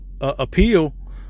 appeal